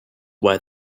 wear